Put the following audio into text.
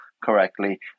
correctly